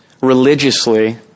religiously